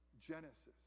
Genesis